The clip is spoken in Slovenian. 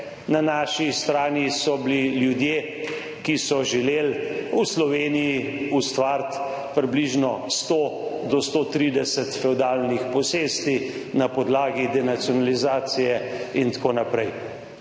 Na naši strani so bili ljudje, ki so želeli v Sloveniji ustvariti približno 100 do 130 fevdalnih posesti na podlagi denacionalizacije in tako naprej.